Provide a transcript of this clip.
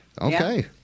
Okay